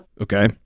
Okay